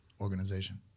organization